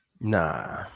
Nah